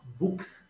books